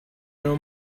know